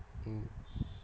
mm